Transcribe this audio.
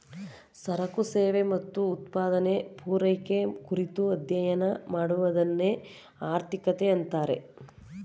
ಸರಕು ಸೇವೆ ಮತ್ತು ಉತ್ಪಾದನೆ, ಪೂರೈಕೆ ಕುರಿತು ಅಧ್ಯಯನ ಮಾಡುವದನ್ನೆ ಆರ್ಥಿಕತೆ ಅಂತಾರೆ